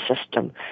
System